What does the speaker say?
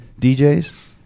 djs